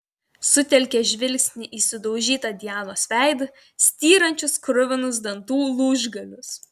sutelkė žvilgsnį į sudaužytą dianos veidą styrančius kruvinus dantų lūžgalius